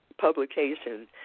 publication